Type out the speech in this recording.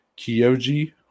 Kyoji